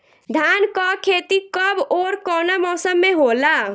धान क खेती कब ओर कवना मौसम में होला?